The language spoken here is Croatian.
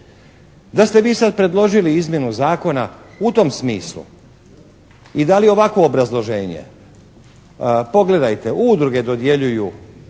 Da ste vi sada predložili izmjenu zakona u tom smislu i da li ovakvo obrazloženje. Pogledajte, udruge dodjeljuju